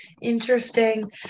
Interesting